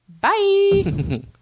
Bye